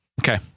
Okay